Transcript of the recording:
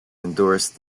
endorsed